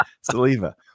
saliva